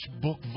book